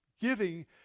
Giving